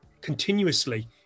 continuously